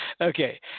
Okay